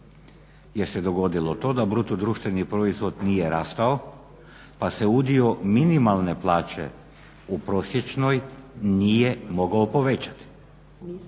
gdje se dogodilo to da bruto društveni proizvod nije rastao pa se udio minimalne plaće u prosječnoj nije mogao povećati.